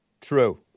True